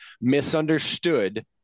misunderstood